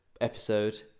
episode